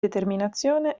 determinazione